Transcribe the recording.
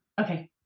Okay